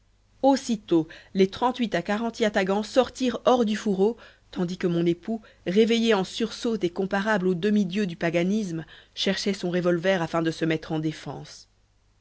aussitôt les trente-huit à quarante yatagans sortirent hors du fourreau tandis que mon époux réveillé en sursaut et comparable aux demi-dieux du paganisme cherchait son revolver afin de se mettre en défense